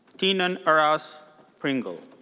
tynan aras pringle.